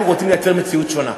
אנחנו רוצים לייצר מציאות שונה,